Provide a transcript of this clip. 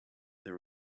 there